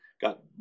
got